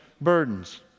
burdens